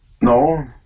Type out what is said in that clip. No